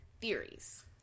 theories